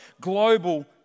global